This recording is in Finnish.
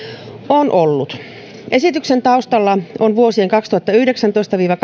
on ollut esityksen taustalla on vuosien kaksituhattayhdeksäntoista viiva